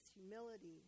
humility